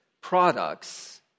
products